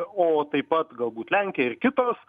o taip pat galbūt lenkija ir kitos